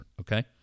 okay